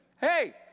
hey